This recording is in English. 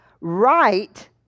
right